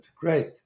great